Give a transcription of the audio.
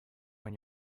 when